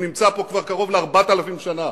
הוא נמצא פה כבר קרוב ל-4,000 שנה.